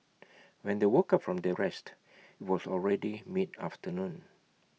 when they woke up from their rest IT was already mid afternoon